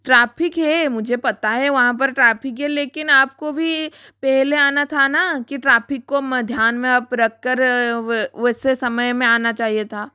traffic है मुझे पता है वहाँ पर ट्राफिक है लेकिन आप को भी पहले आना था ना कि ट्राफिक को ध्यान में आप रख कर वैसे समय में आना चाहिए था